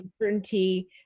uncertainty